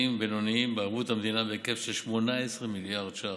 ובינוניים בערבות מדינה בהיקף של 18 מיליארד ש"ח,